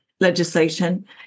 legislation